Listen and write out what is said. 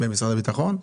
במשרד הביטחון.